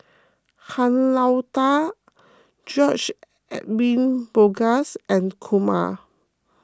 Han Lao Da George Edwin Bogaars and Kumar